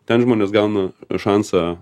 ten žmonės gauna šansą